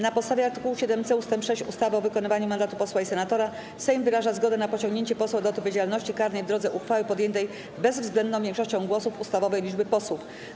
Na podstawie art. 7c ust. 6 ustawy o wykonywaniu mandatu posła i senatora Sejm wyraża zgodę na pociągnięcie posła do odpowiedzialności karnej w drodze uchwały podjętej bezwzględną większością głosów ustawowej liczby posłów.